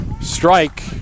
Strike